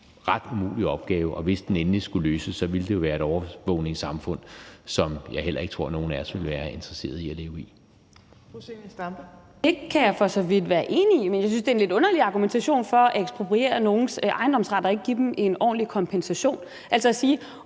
ret umulig opgave, og hvis det endelig skulle løses, så ville det jo være et overvågningssamfund, som jeg heller ikke tror nogen af os ville være interesseret i at leve i. Kl. 15:14 Tredje næstformand (Trine Torp): Fru Zenia Stampe. Kl. 15:14 Zenia Stampe (RV): Det kan jeg for så vidt være enig i, men jeg synes, det er en lidt underlig argumentation for at ekspropriere nogens ejendomsret og ikke give dem en ordentlig kompensation – altså at sige: